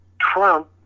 Trump